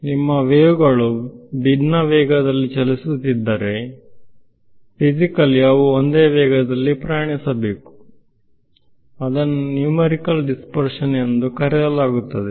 ನಿಮ್ಮ ವೇವ್ಗಳು ಭಿನ್ನ ವೇಗದಲ್ಲಿ ಚಲಿಸುತ್ತಿದ್ದರೆ ಫಿಸಿಕಲ್ಲಿ ಅವು ಒಂದೇ ವೇಗದಲ್ಲಿ ಪ್ರಯಾಣಿಸಬೇಕು ಅದನ್ನು ನ್ಯೂಮರಿಕಲ್ ಡಿಸ್ಪರ್ಶನ್ ಎಂದು ಕರೆಯಲಾಗುತ್ತದೆ